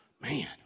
Man